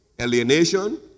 alienation